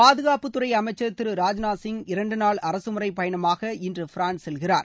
பாதுகாப்புத்துறை அமைச்சர் திரு ராஜ்நாத் சிங் இரண்டு நாள் அரசுமுறை பயணமாக இன்று பிரான்ஸ் செல்கிறார்